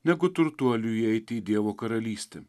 negu turtuoliui įeiti į dievo karalystę